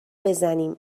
بزنیم